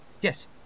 Yes